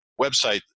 website